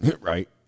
right